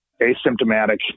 asymptomatic